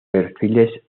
perfiles